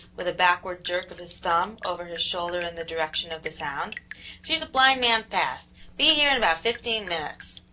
with a backward jerk of his thumb over his shoulder in the direction of the sound she's at blind man's pass be here in about fifteen minutes.